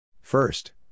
First